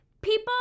people